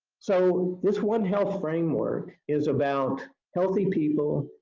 so this one health framework is about healthy people,